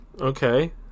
Okay